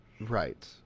right